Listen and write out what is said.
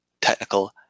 technical